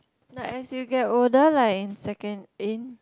no as you get older like in secon~ in